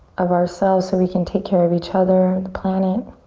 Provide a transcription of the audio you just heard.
of ourselves so we can take care of each other, the planet.